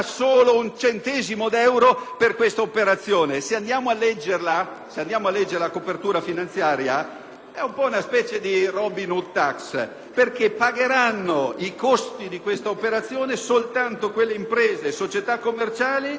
tratta di una specie di Robin Hood *tax* perché pagheranno i costi di questa operazione soltanto quelle imprese e società commerciali, residenti in Italia, che operano nel settore della ricerca e della coltivazione degli idrocarburi e che hanno